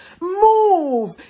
Move